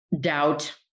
doubt